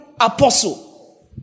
apostle